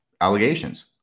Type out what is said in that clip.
allegations